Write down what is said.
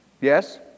Yes